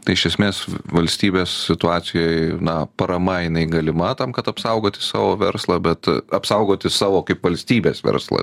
tai iš esmės valstybės situacijoj na parama jinai galima tam kad apsaugoti savo verslą bet apsaugoti savo kaip valstybės verslą